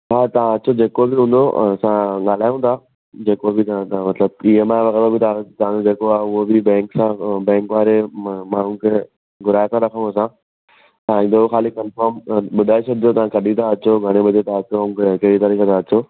हा तव्हां अचो जेको बि हूंदो असां ॻाल्हायूं था जेको बि अथव त मतिलबु ई एम आइ वग़ैरह तव्हांखे जेको आहे उहा बि बैंक सां बैंक वारे माण माण्हुनि खे घुराए था रखूं असां तव्हां ईंदौ खाली कंफर्म ॿुधाए छॾिजो त कॾहिं था अचो घणे बजे था अचो ऐं कहिड़ी तारीख़ु था अचो